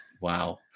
Wow